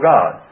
God